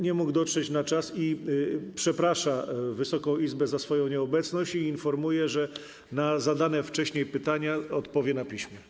Nie mógł dotrzeć na czas, przeprasza Wysoką Izbę za swoją nieobecność i informuje, że na zadane wcześniej pytania odpowie na piśmie.